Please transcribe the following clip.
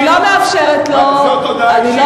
זו הודעה אישית, שאת מאפשרת לו לומר שאני משקר?